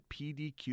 PDQ